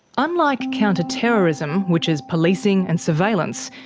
unlike counter-terrorism, which is policing and surveillance,